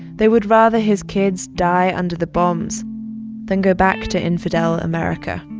they would rather his kids die under the bombs than go back to infidel america.